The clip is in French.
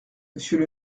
monsieur